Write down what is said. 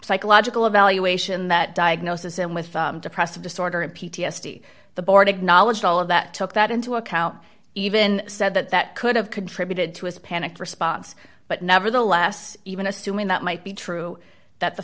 psychological evaluation that diagnosis and with depressive disorder and p t s d the board acknowledged all of that took that into account even said that that could have contributed to his panic response but nevertheless even assuming that might be true that the